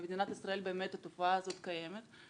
במדינת ישראל באמת התופעה הזאת קיימת.